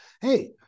Hey